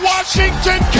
Washington